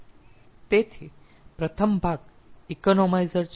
તેથી પ્રથમ ભાગ ઇકોનોમાઈઝર છે